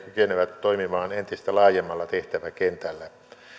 kykenevät toimimaan entistä laajemmalla tehtäväkentällä